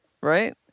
right